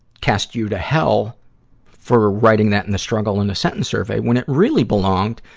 cast you to hell for writing that in the struggle in a sentence survey when it really belonged,